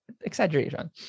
Exaggeration